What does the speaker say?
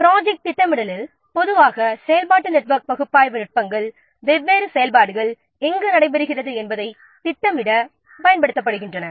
பொதுவாக ப்ரொஜெக்ட் திட்டமிடலில் செயல்பாட்டு நெட்வொர்க் பகுப்பாய்வு நுட்பங்கள் வெவ்வேறு செயல்பாடுகள் எங்கு நடைபெறுகிறது என்பதைத் திட்டமிட பயன்படுத்தப்படுகின்றன